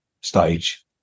stage